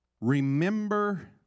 Remember